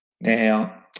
Now